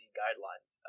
guidelines